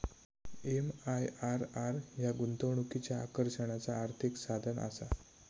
MIRR ह्या गुंतवणुकीच्या आकर्षणाचा आर्थिक साधनआसा